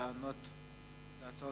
ולענות על ההצעות